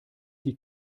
die